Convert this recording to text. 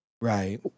Right